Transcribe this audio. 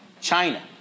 China